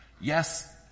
yes